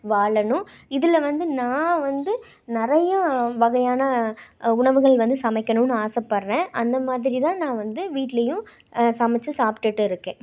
வாழணும் இதில் வந்து நான் வந்து நிறையா வகையான உணவுகள் வந்து சமைக்கணும்னு ஆசைப்பட்றேன் அந்த மாதிரிதான் நான் வந்து வீட்டிலியும் சமச்சு சாப்ட்டுகிட்டு இருக்கேன்